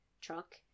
truck